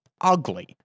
Ugly